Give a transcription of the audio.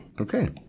Okay